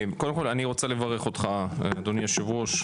קודם כל אני רוצה לברך אותך אדוני היושב ראש,